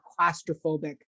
claustrophobic